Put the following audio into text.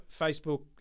Facebook